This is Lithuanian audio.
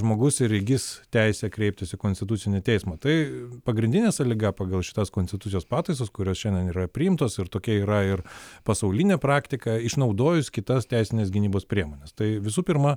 žmogus ir įgis teisę kreiptis į konstitucinį teismą tai pagrindinė sąlyga pagal šitas konstitucijos pataisas kurios šiandien yra priimtos ir tokia yra ir pasaulinė praktika išnaudojus kitas teisinės gynybos priemones tai visų pirma